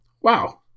wow